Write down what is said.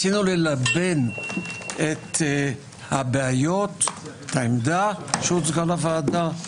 ניסינו ללבן את הבעיות, את העמדה שהוצגה לוועדה,